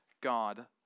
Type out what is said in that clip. God